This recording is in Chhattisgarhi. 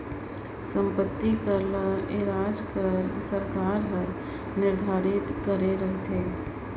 संपत्ति कर ल राएज कर सरकार हर निरधारित करे रहथे